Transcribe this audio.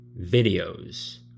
videos